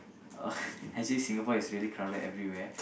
oh actually Singapore is really crowded everywhere